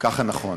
ככה נכון.